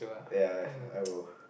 ya I will